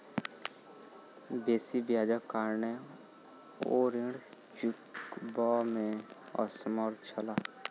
बेसी ब्याजक कारणेँ ओ ऋण चुकबअ में असमर्थ छला